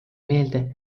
meelde